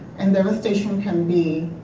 and devastation can be